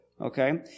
okay